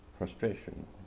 Frustration